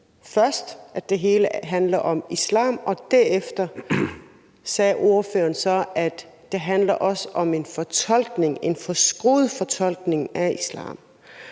på, at det hele handler om islam, og derefter sagde ordføreren så, at det også handler om en fortolkning, en forskruet fortolkning, af islam.